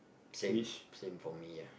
same same for me ya